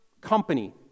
company